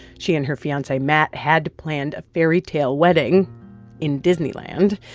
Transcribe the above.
she and her fiance matt had planned a fairy-tale wedding in disneyland.